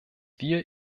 wir